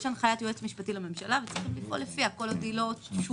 יש הנחיית היועץ המשפטי לממשלה וצריך לפעול לפיה כל עוד היא לא שונתה,